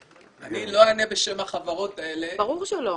אני לא אענה בשם החברות האלה --- ברור שלא,